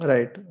Right